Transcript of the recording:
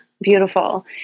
Beautiful